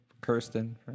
Kirsten